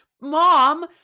Mom